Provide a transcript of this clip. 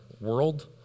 world